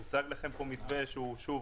הוצג לכם פה מתווה ששוב,